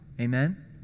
Amen